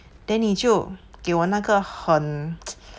then 你就给我那个很